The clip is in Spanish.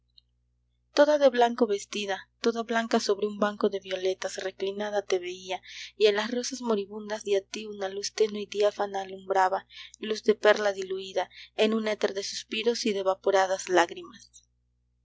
toda de blanco vestida toda blanca sobre un banco de violetas reclinada te veía y a las rosas moribundas y a ti una luz tenue y diáfana alumbraba luz de perla diluida en un éter de suspiros y de evaporadas lágrimas